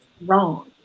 wrong